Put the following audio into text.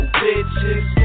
bitches